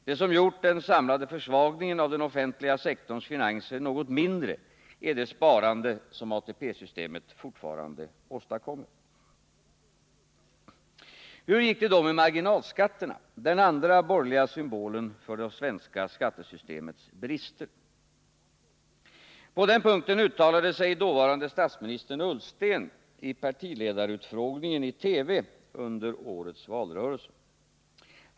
Det som gjort den samlade försvagningen av den offentliga sektorns finanser något mindre är det sparande som ATP-systemet fortfarande åstadkommer. Hur gick det då med marginalskatterna, den andra borgerliga symbolen för det svenska skattesystemets brister? På den punkten uttalade sig dåvarande statsministern Ullsten vid partiledarutfrågningen under årets valrörelse.